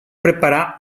preparar